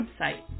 website